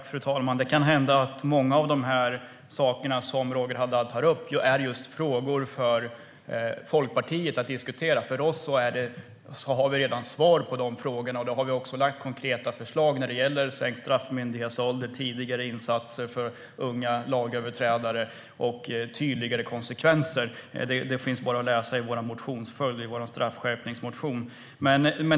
Fru talman! Det kan hända att många av de saker som Roger Haddad tog upp är frågor för just Liberalerna att diskutera. Vi har redan svar på dem, och vi har lagt fram konkreta förslag när det gäller sänkt straffmyndighetsålder, tidigare insatser för unga lagöverträdare och tydligare konsekvenser. Detta finns att läsa i vår straffskärpningsmotion.